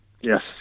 Yes